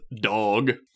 dog